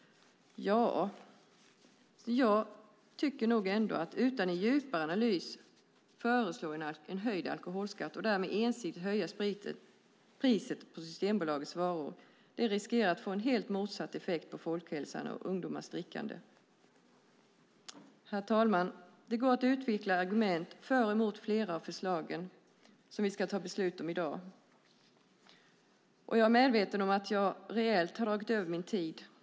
Om man utan en djupare analys föreslår en höjd alkoholskatt och därmed ensidigt höjer priset på Systembolagets varor riskerar man att få en helt motsatt effekt på folkhälsan och ungdomars drickande. Herr talman! Det går att utveckla argument för och emot flera av de förslag som vi ska fatta beslut om här i dag. Jag är medveten om att jag rejält har dragit över min talartid.